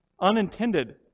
unintended